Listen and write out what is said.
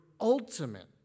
ultimate